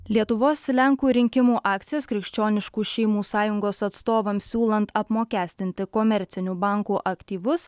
lietuvos lenkų rinkimų akcijos krikščioniškų šeimų sąjungos atstovams siūlant apmokestinti komercinių bankų aktyvus